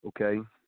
okay